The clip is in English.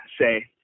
say